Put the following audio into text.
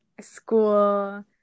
school